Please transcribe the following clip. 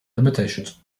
limitations